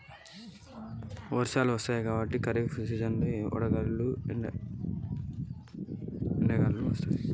ఖరీఫ్ సీజన్లో ఓన్లీ వరి వంగడాలు ఎందుకు వేయాలి?